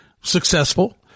successful